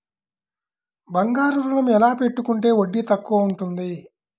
బంగారు ఋణం ఎలా పెట్టుకుంటే వడ్డీ తక్కువ ఉంటుంది?